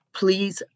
please